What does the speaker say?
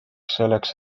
selleks